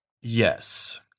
Yes